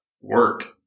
work